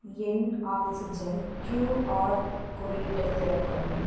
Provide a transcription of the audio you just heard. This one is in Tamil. என் ஆக்ஸிஜன் க்யூஆர் குறியீட்டை திறக்கவும்